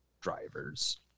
drivers